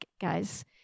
guys